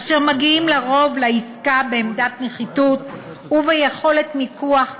אשר מגיעים לרוב לעסקה בעמדת נחיתות וביכולת מיקוח נמוכה,